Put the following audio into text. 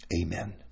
Amen